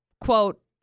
quote